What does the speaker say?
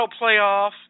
playoff